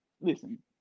Listen